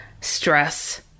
stress